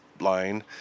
line